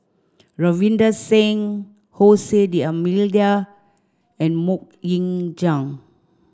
Ravinder Singh D'almeida and Mok Ying Jang